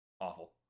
Awful